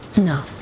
No